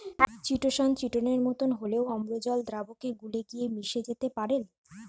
chitosan চিটোনের মতো হলেও অম্লজল দ্রাবকে গুলে গিয়ে মিশে যেতে পারেল